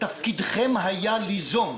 תפקידכם היה ליזום,